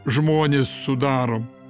žmonės sudarom